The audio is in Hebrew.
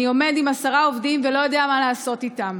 אני עומד עם עשרה עובדים ולא יודע מה לעשות איתם.